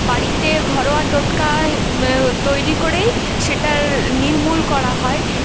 বাড়িতে ঘরোয়া টোটকায় তৈরি করেই সেটার নির্মূল করা হয়